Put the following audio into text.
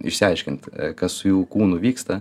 išsiaiškint kas su jų kūnu vyksta